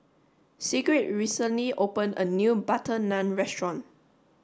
Sigrid recently opened a new butter naan restaurant